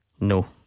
no